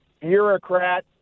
bureaucrat